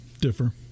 differ